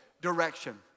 direction